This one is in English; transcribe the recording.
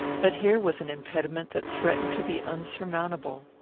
but here was an impediment that threatened to be insurmountable.